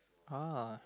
ah